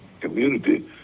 community